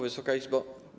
Wysoka Izbo!